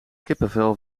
kippenvel